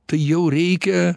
tai jau reikia